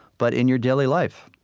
but in your daily life,